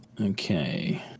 Okay